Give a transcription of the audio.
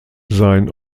sein